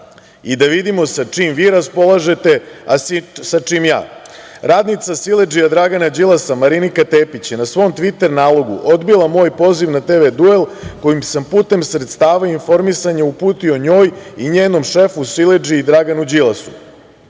i da vidimo sa čim vi raspolažete, a sa čim ja. Radnica siledžije Dragana Đilasa, Marinika Tepić je na svom Tviter nalogu odbila moj poziv na TV duel kojim sam putem sredstava informisanja uputio njoj i njenom šefu, siledžiji, Draganu Đilasu